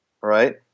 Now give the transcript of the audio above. right